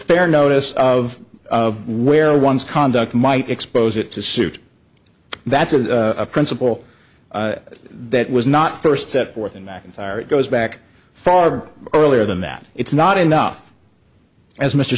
fair notice of where one's conduct might expose it to suit that's a principle that was not first set forth in mcintyre it goes back far earlier than that it's not enough as mr